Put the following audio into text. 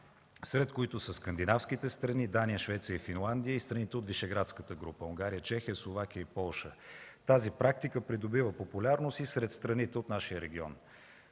сред които са скандинавските страни – Дания, Швеция и Финландия, и страните от Вишеградската група – Унгария, Чехия, Словакия и Полша. Тази практика придобива популярност и сред страните от нашия регион.